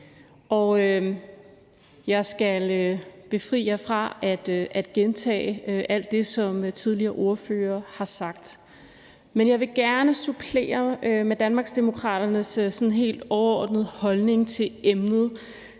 Jeg skal fri jer for at gentage alt det, som tidligere ordførere har sagt. Men jeg vil gerne supplere med Danmarksdemokraternes sådan helt overordnede holdning til emnet,